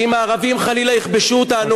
שאם הערבים חלילה יכבשו אותנו,